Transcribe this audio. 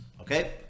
okay